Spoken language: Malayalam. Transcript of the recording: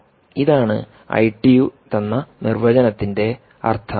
ഇതാണ് ആണ് ഐ ടി യു തന്ന നിർവചനത്തിൻറെ അർത്ഥം